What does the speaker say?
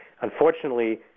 Unfortunately